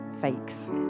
fakes